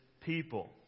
people